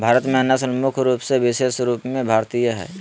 भारत में नस्ल मुख्य रूप से विशेष रूप से भारतीय हइ